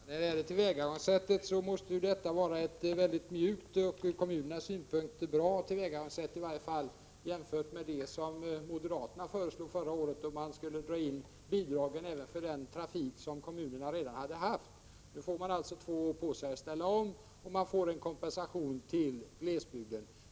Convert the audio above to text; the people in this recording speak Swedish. Herr talman! Detta tillvägagångssätt måste vara ett mycket mjukt och ur kommunernas synpunkt bra tillvägagångssätt — i varje fall jämfört med det som moderaterna föreslog förra året då man ville dra in bidragen även för den trafik som kommunerna redan hade haft. Nu får de alltså två år på sig att ställa om, och de får en kompensation till glesbygden.